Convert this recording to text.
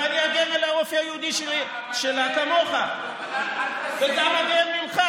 ואני אגן על האופי היהודי שלה כמוך וגם יותר ממך,